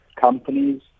companies